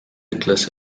ütles